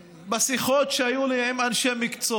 אני רוצה לומר שבשיחות שהיו לי עם אנשי מקצוע,